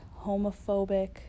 homophobic